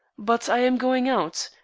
but i am going out.